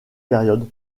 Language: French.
période